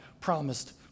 promised